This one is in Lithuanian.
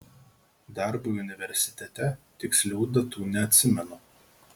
darbui universitete tikslių datų neatsimenu